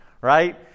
Right